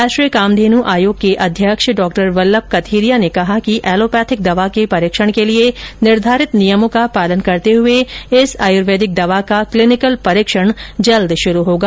राष्ट्रीय कामधेनु आयोग के अध्यक्ष डॉ वल्लभ कथीरिया ने कहा कि एलोपैथिक दवा के परीक्षण के लिए निर्धारित नियमों का पालन करते हुए इस आयुर्वेदिक दवा का क्लिनिकल परीक्षण शीघ्र शुरू होगा